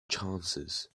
chances